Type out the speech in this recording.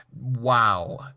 Wow